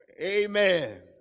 Amen